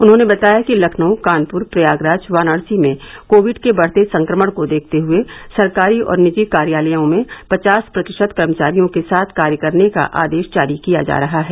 उन्होंने बताया कि लखनऊ कानपुर प्रयागराज वाराणसी में कोविड के बढ़ते संक्रमण को देखते हुए सरकारी और निजी कार्यालयों में पचास प्रतिशत कर्मचारियों के साथ कार्य करने का आदेश जारी किया जा रहा है